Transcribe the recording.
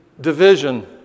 division